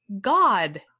God